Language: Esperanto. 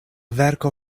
verko